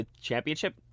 championship